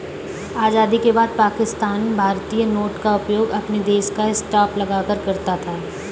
आजादी के बाद पाकिस्तान भारतीय नोट का उपयोग अपने देश का स्टांप लगाकर करता था